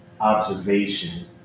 observation